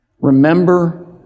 remember